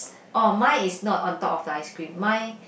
oh mine is not on top of the ice cream mine